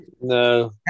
No